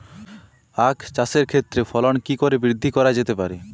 আক চাষের ক্ষেত্রে ফলন কি করে বৃদ্ধি করা যেতে পারে?